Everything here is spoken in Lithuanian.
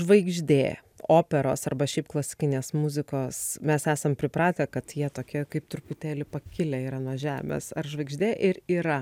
žvaigždė operos arba šiaip klasikinės muzikos mes esam pripratę kad jie tokie kaip truputėlį pakilę yra nuo žemės ar žvaigždė ir yra